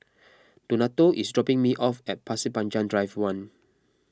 Donato is dropping me off at Pasir Panjang Drive one